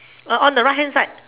uh on the right hand side